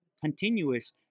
continuous